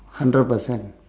hundred percent